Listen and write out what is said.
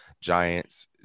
Giants